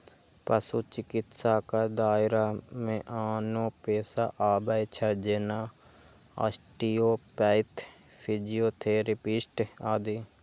पशु चिकित्साक दायरा मे आनो पेशा आबै छै, जेना आस्टियोपैथ, फिजियोथेरेपिस्ट आदि